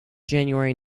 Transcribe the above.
january